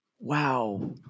Wow